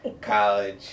college